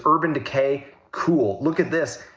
urban decay. cool. look at this,